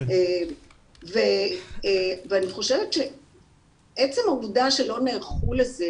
אני חושבת שעצם העובדה שלא נערכו לזה,